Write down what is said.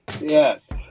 yes